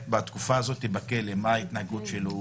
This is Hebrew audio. בתקופה הזאת בכלא מה הייתה ההתנהגות שלו,